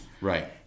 right